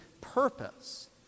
purpose